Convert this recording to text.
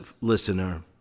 listener